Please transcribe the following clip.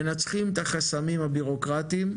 מנצחים את החסמים הבירוקרטים,